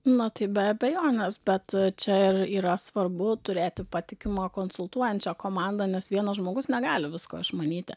na tai be abejonės bet čia ir yra svarbu turėti patikimą konsultuojančią komandą nes vienas žmogus negali visko išmanyti